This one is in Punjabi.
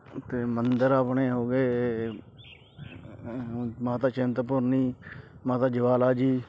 ਅਤੇ ਮੰਦਰ ਆਪਣੇ ਹੋ ਗਏ ਮਾਤਾ ਚਿੰਤਪੁਰਨੀ ਮਾਤਾ ਜਵਾਲਾ ਜੀ